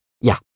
Yeah